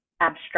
abstract